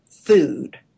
food